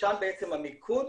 שלשם בעצם המיקוד,